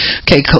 okay